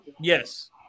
Yes